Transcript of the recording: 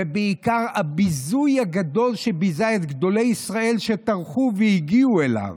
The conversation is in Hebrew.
ובעיקר הביזוי הגדול שביזה את גדולי ישראל שטרחו והגיעו אליו,